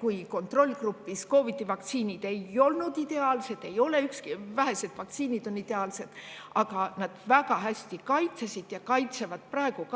kui kontrollgrupis. COVID‑i vaktsiinid ei olnud ideaalsed – ei ole ükski, vähesed vaktsiinid on ideaalsed –, aga nad väga hästi kaitsesid ja kaitsevad ka praegu